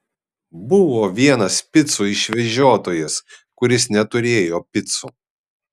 buvo vienas picų išvežiotojas kuris neturėjo picų